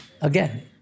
again